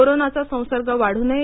कोरोनाचा संसर्ग वाढू नये